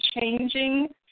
changing